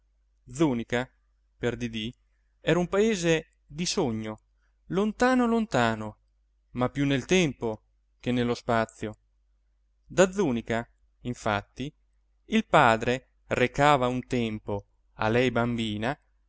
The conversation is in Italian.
zùnica per didì era un paese di sogno lontano lontano ma più nel tempo che nello spazio da zùnica infatti il padre recava un tempo a lei bambina